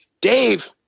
Dave